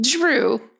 Drew